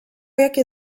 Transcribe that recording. jakie